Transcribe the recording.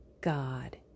God